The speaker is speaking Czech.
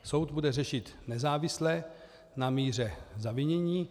Soud bude řešit nezávisle na míře zavinění.